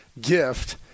gift